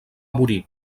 morir